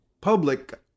public